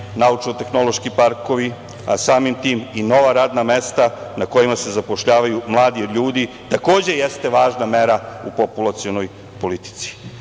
naučno-tehnološki parkovi, a samim tim i nova radna mesta na kojima se zapošljavaju mladi ljudi, takođe jeste važna mera u populacionoj politici.